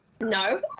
no